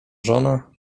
żona